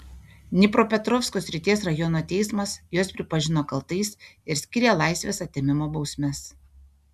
dnipropetrovsko srities rajono teismas juos pripažino kaltais ir skyrė laisvės atėmimo bausmes